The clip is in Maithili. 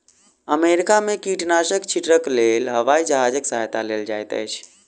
अमेरिका में कीटनाशक छीटक लेल हवाई जहाजक सहायता लेल जाइत अछि